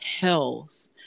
health